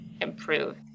improve